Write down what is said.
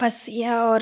बस या और